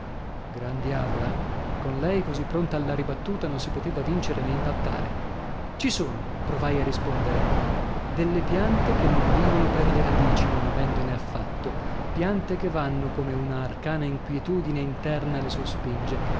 gran diavola con lei così pronta alla ribattuta non si poteva vincere nè impattare ci sono provai a rispondere delle piante che non vivono per le radici non avendone affatto piante che vanno come una arcana inquietudine interna le sospinge